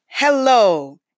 Hello